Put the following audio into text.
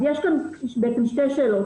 אז יש כאן בעצם שתי שאלות,